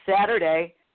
Saturday